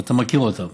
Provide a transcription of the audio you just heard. ואתה מכיר אותן,